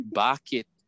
bakit